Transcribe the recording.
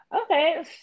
Okay